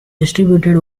distributed